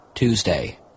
Tuesday